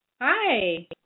Hi